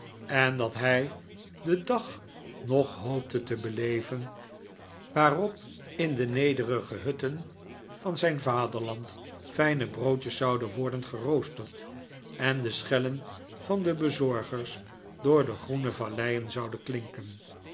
en dat hij den dag nog hoopte te beleven waarop in de nederige hutten van zijn vaderland fijne broodjes zouden worden geroosterd en de schellen van de bezorgers door de groene valleien zouden klinken